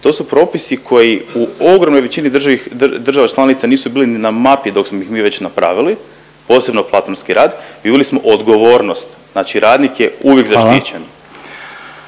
to su propisi koji u ogromnoj većini država, država članica nisu bili ni na mapi dok smo ih mi već napravili, posebno platformski rad i uveli smo odgovornost. Znači radnik je uvijek zaštićen.